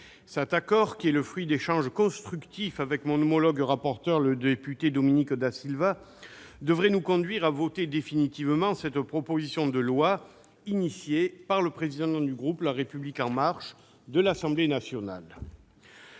Cet accord, qui est le fruit d'échanges constructifs avec mon homologue rapporteur le député Dominique Da Silva, devrait nous conduire à voter définitivement cette proposition de loi initiée par le président du groupe La République En Marche de l'Assemblée nationale.